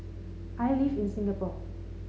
I live in Singapore